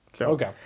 Okay